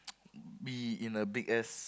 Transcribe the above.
be in a big ass